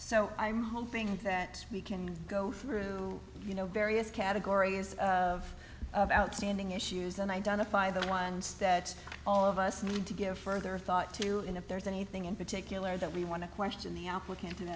so i'm hoping that we can go through you know various categories of outstanding issues and identify the ones that all of us need to give further thought to in if there's anything in particular that we want to question the applicant